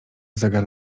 zegar